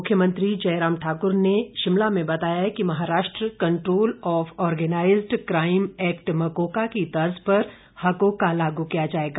मुख्यमंत्री जय राम ठाकुर ने शिमला में बताया कि Maharashtra Control of Organised Crime Act MCOCA की तर्ज पर हकोका लागू किया जाएगा